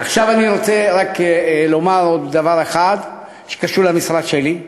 עכשיו אני רוצה רק לומר עוד דבר אחד שקשור למשרד שלי.